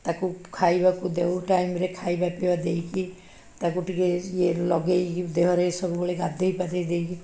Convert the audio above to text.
ତାକୁ ଖାଇବାକୁ ଦେଉ ଟାଇମ୍ ରେ ଖାଇବା ପିଇବା ଦେଇକି ତାକୁ ଟିକିଏ ଇଏ ଲଗେଇକି ଦେହରେ ସବୁବେଳେ ଗାଧେଇ ପାଧେଇ ଦେଇକି